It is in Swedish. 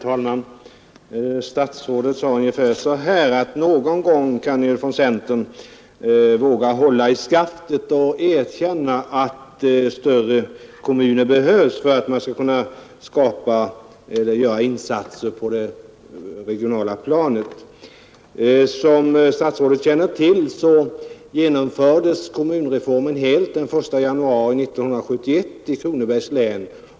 Herr talman! Statsrådet sade att ”någon gång kan ni från centern våga hålla i skaftet och erkänna att större kommuner behövs för att man skall kunna göra insatser på det regionala planet”. Som statsrådet känner till genomfördes kommunreformen helt den 1 januari 1971 i Kronobergs län.